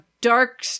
dark